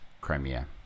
Crimea